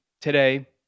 today